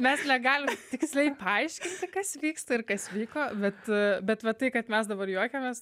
mes negalim tiksliai paaiškinti kas vyksta ir kas vyko bet bet va tai kad mes dabar juokiamės